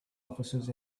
officers